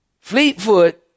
fleetfoot